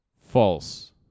False